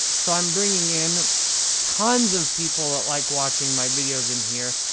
so, i'm bringing in tons of people that like watching my videos in here,